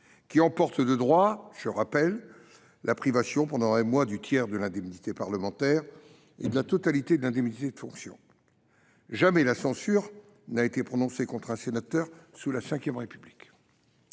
qui emporte, de droit, la privation, pendant un mois, du tiers de l’indemnité parlementaire et de la totalité de l’indemnité de fonction. Jamais la censure n’a été prononcée contre un sénateur sous la V République.